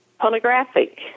pornographic